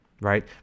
right